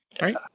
right